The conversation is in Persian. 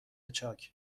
چاک